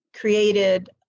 created